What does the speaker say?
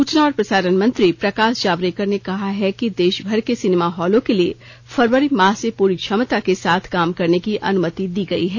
सूचना और प्रसारण मंत्री प्रकाश जावडेकर ने कहा है कि देशभर के सिनेमा हॉलों के लिए फरवरी माह से पूरी क्षमता के साथ काम करने की अनुमति दी गई है